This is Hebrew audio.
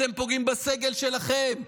אתם פוגעים בסגל שלכם.